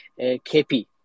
KP